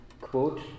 Quote